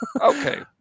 Okay